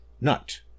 nut